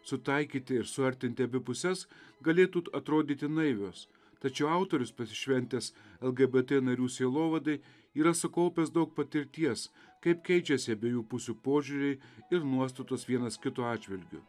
sutaikyti ir suartinti abi puses galėtų atrodyti naivios tačiau autorius pasišventęs lgbt narių sielovadai yra sukaupęs daug patirties kaip keičiasi abiejų pusių požiūriai ir nuostatos vienas kito atžvilgiu